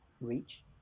reach